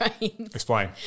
Explain